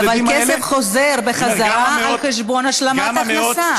עודד, אבל הכסף חוזר בחזרה על חשבון השלמת הכנסה.